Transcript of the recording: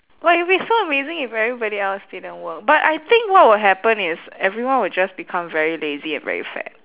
but it'll be so amazing if everybody else didn't work but I think what will happen is everyone will just become very lazy and very fat